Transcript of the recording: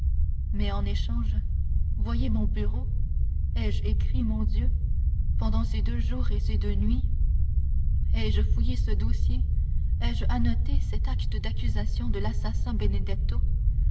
mais en échange voyez mon bureau ai-je écrit mon dieu pendant ces deux jours et ces deux nuits ai-je fouillé ce dossier ai-je annoté cet acte d'accusation de l'assassin